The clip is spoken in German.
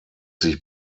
sich